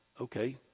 okay